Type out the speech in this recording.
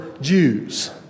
Jews